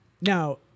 now